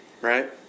Right